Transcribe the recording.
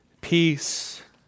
Peace